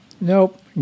nope